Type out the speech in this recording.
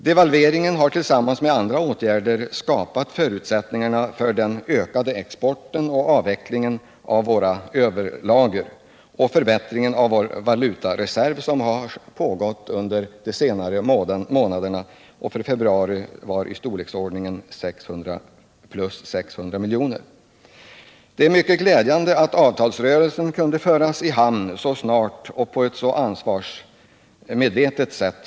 Devalveringen har tillsammans med andra åtgärder skapat förutsättningarna för den ökade exporten, avvecklingen av våra överlager och förbättringen av vår valutareserv, som har pågått under de senaste månaderna och som för februari uppgick till plus 600 milj.kr. Det var mycket glädjande att avtalsrörelsen kunde föras i hamn så snart och på ett så ansvarsmedvetet sätt.